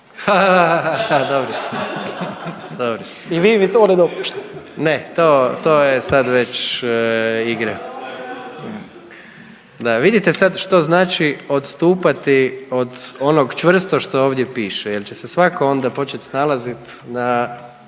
…/Upadica Kujundžić: I vi mi to ne dopuštate.)… Ne, to je sad već igre. Vidite sad što znači odstupati od onog čvrsto što ovdje piše, jer će se svatko onda počet snalazit na